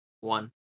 one